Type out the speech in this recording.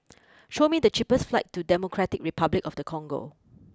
show me the cheapest flights to Democratic Republic of the Congo